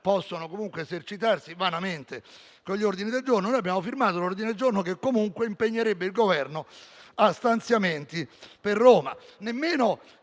possono comunque esercitarsi vanamente con tali atti di indirizzo. Noi abbiamo firmato l'ordine giorno che comunque impegnerebbe il Governo a stanziamenti per Roma.